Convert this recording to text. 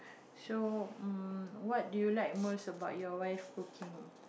so um what do you like the most about your wife cooking